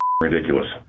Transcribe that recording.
ridiculous